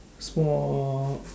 small